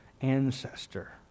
ancestor